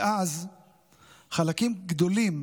אז חלקים גדולים